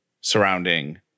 surrounding